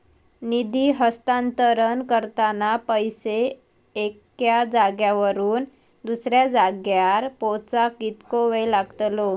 निधी हस्तांतरण करताना पैसे एक्या जाग्यावरून दुसऱ्या जाग्यार पोचाक कितको वेळ लागतलो?